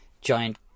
giant